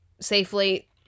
safely